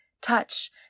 Touch